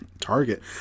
target